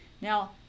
Now